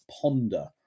ponder